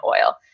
oil